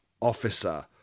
officer